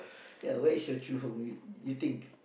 ya where is your true home you you think